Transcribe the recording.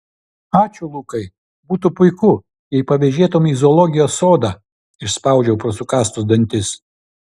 ačiū lukai būtų puiku jei pavėžėtumei į zoologijos sodą išspaudžiau pro sukąstus dantis